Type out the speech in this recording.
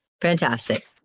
fantastic